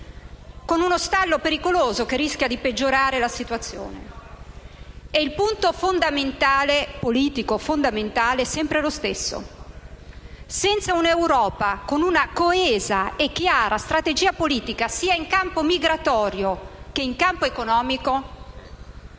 con uno stallo pericoloso che rischia di peggiorare la situazione. Il punto politico fondamentale è sempre lo stesso: senza un'Europa con una coesa e chiara strategia politica sia in campo migratorio che economico